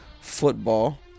football